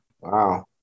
Wow